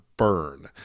burn